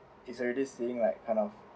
is already seeing like kind of